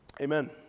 Amen